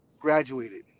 Graduated